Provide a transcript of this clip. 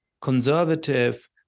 conservative